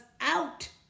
out